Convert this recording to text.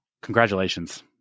Congratulations